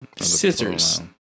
Scissors